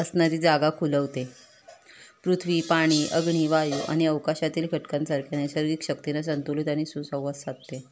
असणारी जागा खुलवते पृथ्वी पाणी अग्नी वायू आणि अवकाशातील घटकांसारख्या नासर्गिक शक्तीनं संतुलित आणि सुसंवाद साधते